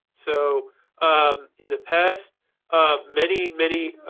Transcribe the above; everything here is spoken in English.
so um in the past um many, many